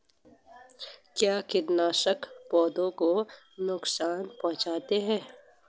क्या कीटनाशक पौधों को नुकसान पहुँचाते हैं?